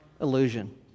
illusion